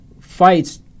fights